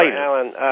Alan